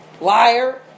liar